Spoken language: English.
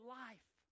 life